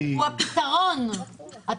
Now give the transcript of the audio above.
התשלום הכולל